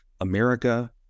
America